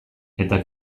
eta